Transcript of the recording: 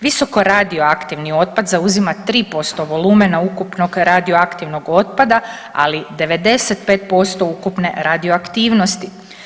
Visokoradioaktivni otpad zauzima 3% volumena ukupnog radioaktivnog otpada, ali 95% ukupne radioaktivnosti.